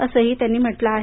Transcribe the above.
असंही त्यांनी म्हटलं आहे